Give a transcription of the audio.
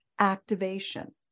Activation